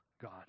God